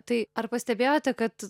tai ar pastebėjote kad